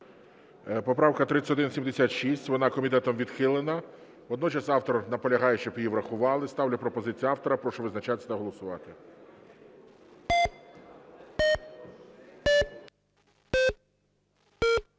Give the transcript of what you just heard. Поправка 3176, вона комітетом відхилена, водночас автор наполягає, щоб її врахували. Ставлю пропозицію автора. Прошу визначатись та голосувати.